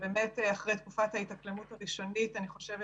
אחרי תקופת ההתאקלמות הראשונית אני חושבת